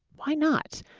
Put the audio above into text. why not?